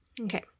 Okay